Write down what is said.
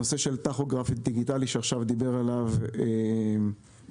הנושא של טכוגרף דיגיטלי שדיבר עליו דורון,